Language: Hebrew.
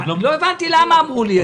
גם לא הבנתי למה אמרו לי את זה.